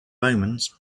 omens